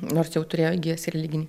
nors jau turėjo įgijęs religinį